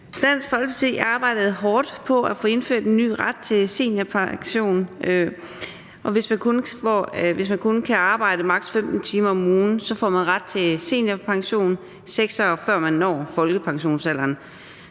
Dansk Folkeparti arbejdede hårdt på at få indført en ny ret til seniorpension. Hvis man kun kan arbejde maks. 15 timer om ugen, får man ret til seniorpension, 6 år før man når folkepensionsalderen.